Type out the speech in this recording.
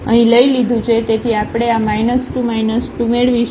તેથી આપણે આ 2 2 મેળવીશું